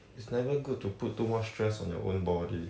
it's never good to put too much stress on your own body